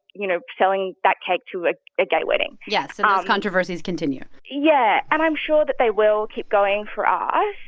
you know, selling that cake to a gay wedding? yes, so and those controversies continue yeah. and i'm sure that they will keep going for um